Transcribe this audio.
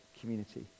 community